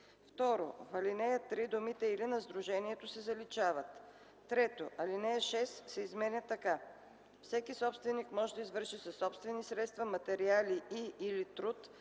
2. В ал. 3 думите „или на сдружението” се заличават. 3. Алинея 6 се изменя така: „(6) Всеки собственик може да извърши със собствени средства, материали и/или труд